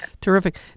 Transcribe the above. Terrific